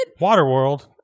Waterworld